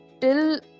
till